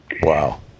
Wow